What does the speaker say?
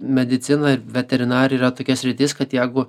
medicina ir veterinarija yra tokia sritis kad jeigu